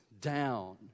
down